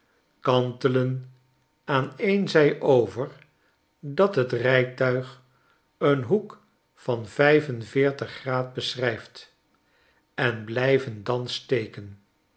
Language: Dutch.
kantelen aan een zij over dat het rijtuig een hoek van vijf en veertig graad beschrijft en blijven